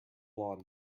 lawn